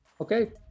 Okay